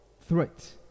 threat